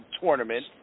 tournament